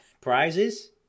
Prizes